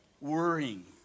worrying